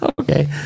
okay